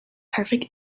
perfect